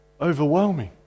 overwhelming